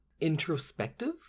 introspective